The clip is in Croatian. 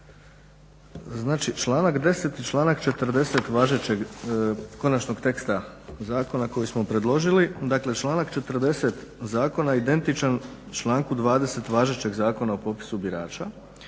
Znači članak 10. i članak 40. važećeg Konačnog teksta zakona koji smo predložili. Dakle, članak 40. zakona je identičan članku 20. važećeg Zakona o popisu birača.